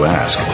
ask